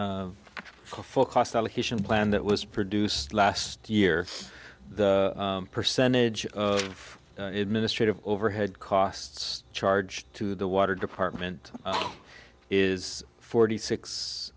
full cost allocation plan that was produced last year the percentage of administrative overhead costs charged to the water department is forty six